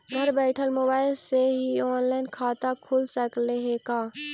घर बैठल मोबाईल से ही औनलाइन खाता खुल सकले हे का?